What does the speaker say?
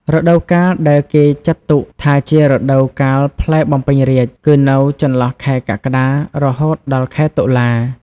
រដូវកាលដែលគេអាចចាត់ទុកថាជា រដូវកាលផ្លែបំពេញរាជ្យ គឺនៅចន្លោះខែ កក្កដា រហូតដល់ខែតុលា។